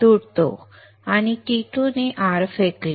आणि T2 ने R फेकले